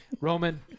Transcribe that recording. Roman